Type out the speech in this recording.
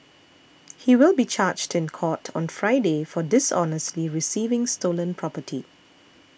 he will be charged in court on Friday for dishonestly receiving stolen property